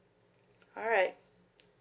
alright